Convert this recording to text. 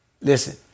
Listen